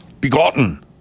begotten